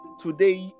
Today